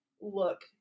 look